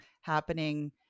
happening